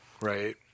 Right